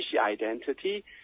identity